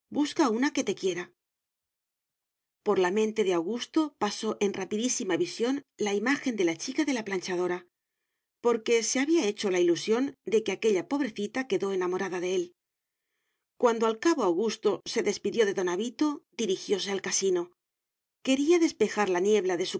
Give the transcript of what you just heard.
busca una que te quiera por la mente de augusto pasó en rapidísima visión la imagen de la chica de la planchadora porque se había hecho la ilusión de que aquella pobrecita quedó enamorada de él cuando al cabo augusto se despidió de don avito dirigióse al casino quería despejar la niebla de su